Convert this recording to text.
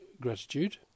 gratitude